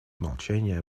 молчания